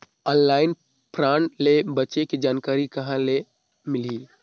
Online fraud ले बचे के जानकारी कहां ले मिलही?